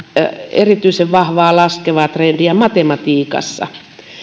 erityisen vahvaa laskevaa trendiä matematiikassa